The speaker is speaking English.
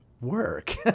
work